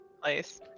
place